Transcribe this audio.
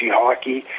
hockey